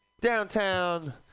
downtown